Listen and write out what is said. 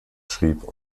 schrieb